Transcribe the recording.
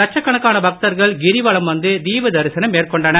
லட்சக்கணக்கான பக்தர்கள் கிரிவலம் வந்து தீப தரிசனம் மேற்கொண்டனர்